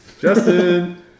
Justin